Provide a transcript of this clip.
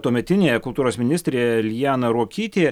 tuometinė kultūros ministrė liana ruokytė